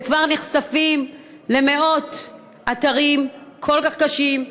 כבר נחשפים למאות אתרים כל כך קשים,